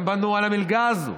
הם בנו על המלגה הזו.